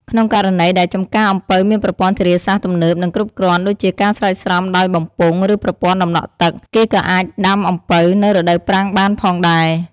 ក្នុងករណីដែលចំការអំពៅមានប្រព័ន្ធធារាសាស្ត្រទំនើប និងគ្រប់គ្រាន់ ដូចជាការស្រោចស្រពដោយបំពង់ ឬប្រព័ន្ធដំណក់ទឹក គេក៏អាចដាំអំពៅនៅ រដូវប្រាំងបានផងដែរ។